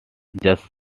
just